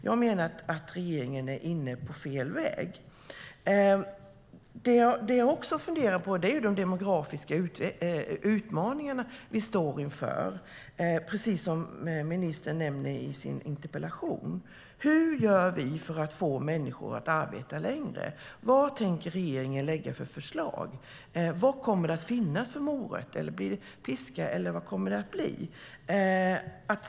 Jag menar att regeringen är inne på fel väg. Som ministern nämner i sitt interpellationssvar står vi inför demografiska utmaningar. Hur gör vi för att få människor att arbeta längre? Vad tänker regeringen lägga fram för förslag? Vad kommer det att finnas för morötter? Blir det piska, eller vad kommer det att bli?